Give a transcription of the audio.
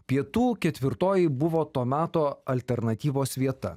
pietų ketvirtoji buvo to meto alternatyvos vieta